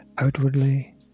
Outwardly